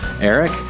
Eric